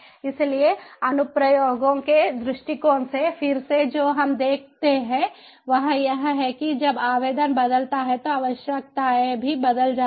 इसलिए अनुप्रयोगों के दृष्टिकोण से फिर से जो हम देखते हैं वह यह है कि जब आवेदन बदलता है तो आवश्यकताएँ भी बदल जाती हैं